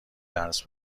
درس